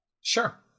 sure